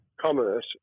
commerce